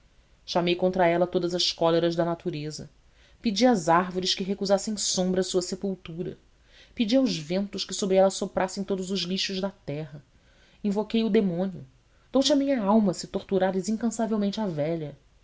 chamei contra ela todas as cóleras da natureza pedi às árvores que recusassem sombra à sua sepultura pedi aos ventos que sobre ela soprassem todos os lixos da terra invoquei o demônio dou-te a minha alma se torturares incansavelmente a velha